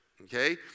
okay